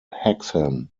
hexham